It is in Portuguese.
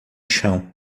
chão